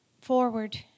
forward